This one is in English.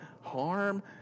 harm